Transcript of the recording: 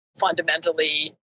fundamentally